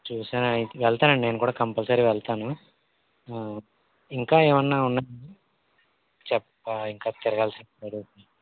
చూసా వెళ్తానండి నేను కూడా కంపల్సరిగా వెళ్తాను ఇంకా ఏమన్నా ఉన్నాయాండి చెప్పా ఇంకా తిరగాల్సినవి